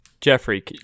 Jeffrey